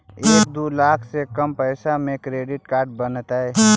एक दू लाख से कम पैसा में क्रेडिट कार्ड बनतैय?